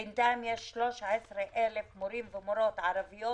בינתיים יש 13,000 מורים ומורים ערביות